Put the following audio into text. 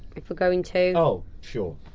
if we're going to? oh, sure.